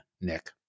Nick